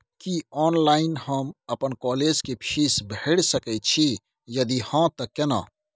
की online हम अपन college के फीस भैर सके छि यदि हाँ त केना?